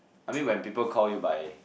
I mean when people call you by